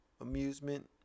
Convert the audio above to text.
amusement